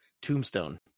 Tombstone